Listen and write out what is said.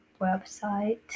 website